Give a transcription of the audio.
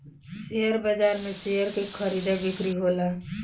share बाजार में share के खरीदा बिक्री होला